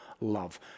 love